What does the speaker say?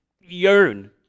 yearn